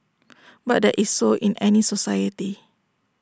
but that is so in any society